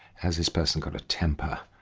has this person got a temper?